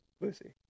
lucy